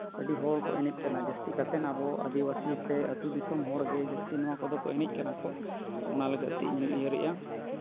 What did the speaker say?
ᱟᱹᱰᱤ ᱦᱚᱲ ᱠᱚ ᱮᱱᱮᱡ ᱠᱟᱱᱟ ᱡᱟᱹᱥᱛᱤ ᱠᱟᱛᱮᱫ ᱟᱵᱚ ᱟᱹᱫᱤᱵᱟᱹᱥᱤ ᱥᱮ ᱟᱹᱛᱩ ᱫᱤᱥᱚᱢ ᱦᱚᱲᱜᱮ ᱡᱟᱹᱥᱛᱤ ᱱᱚᱣᱟ ᱠᱚᱫᱚ ᱠᱚ ᱮᱱᱮᱡ ᱠᱟᱱᱟ ᱠᱚ ᱚᱱᱟ ᱞᱟᱹᱜᱤᱫᱛᱮ ᱤᱧᱦᱚᱧ ᱩᱭᱦᱟᱹᱨᱮᱫᱼᱟ